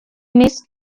missed